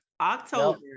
October